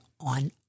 on